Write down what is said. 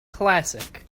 classic